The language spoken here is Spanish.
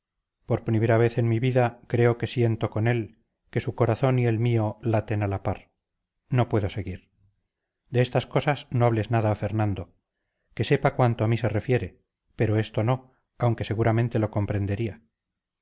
por primera vez en mi vida creo que siento con él que su corazón y el mío laten a la par no puedo seguir de estas cosas no hables nada a fernando que sepa cuanto a mí se refiere pero esto no aunque seguramente lo comprendería